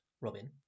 Robin